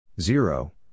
Zero